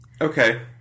Okay